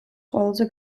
ყველაზე